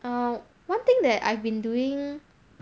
uh one thing that I've been doing